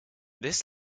this